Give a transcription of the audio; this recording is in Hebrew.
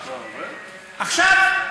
עכשיו,